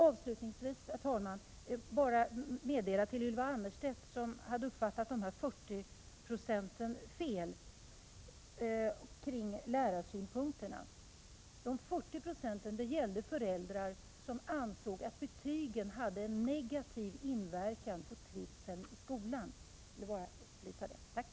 Avslutningsvis vill jag säga till Ylva Annerstedt, som hade missuppfattat vad de 40 procenten avsåg, säga att de 40 procenten gällde föräldrar som ansåg att betygen hade negativ inverkan på trivseln i skolan. Jag ville bara upplysa om det.